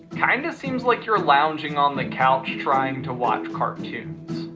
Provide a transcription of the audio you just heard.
kind of seems like you're lounging on the couch trying to watch cartoons.